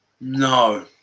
No